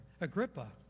Agrippa